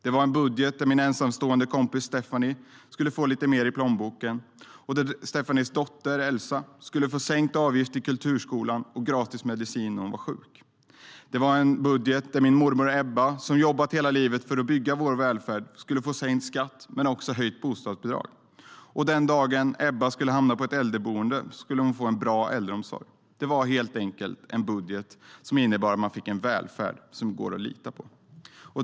Det var en budget som innebar att min ensamstående kompis Stefanie skulle få lite mer i plånboken, och att Stefanies dotter Elsa skulle få sänkt avgift till kulturskolan och gratis medicin när hon var sjuk. Det var en budget som innebar att min mormor Ebba, som jobbat hela livet för att bygga vår välfärd, skulle få sänkt skatt men också höjt bostadsbidrag. Och den dagen Ebba skulle hamna på ett äldreboende skulle hon få en bra äldreomsorg. Det var helt enkelt en budget som innebar att man skulle få en välfärd som går att lita på.